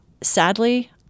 sadly